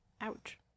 Ouch